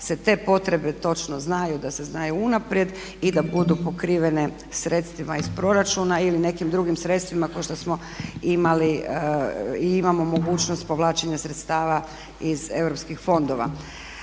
se te potrebe točno znaju, da se znaju unaprijed i da budu pokrivene sredstvima iz proračuna ili nekim drugim sredstvima kao što smo imali i imamo mogućnost povlačenja sredstava iz Europskih fondova.